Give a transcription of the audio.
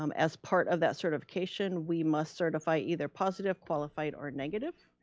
um as part of that certification, we must certify either positive, qualified, or negative.